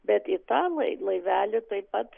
bet į tą lai laivelį taip pat